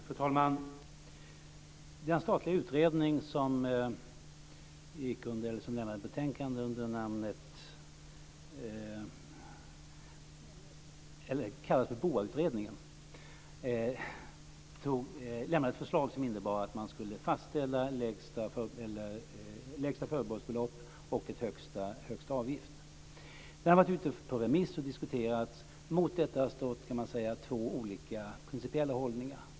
Fru talman! Den statliga utredning som kallades för BOA-utredningen lämnade ett förslag som innebar att man skulle fastställa lägsta förbehållsbelopp och högsta avgift. Förslaget har varit ute på remiss och diskuterats. Mot detta har stått två olika principiella hållningar.